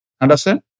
Understand